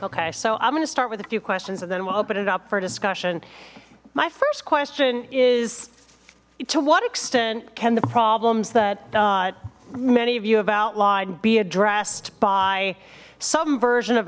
okay so i'm gonna start with a few questions and then we'll open it up for discussion my first question is to what extent can the problems that many of you have outlined be addressed by some version of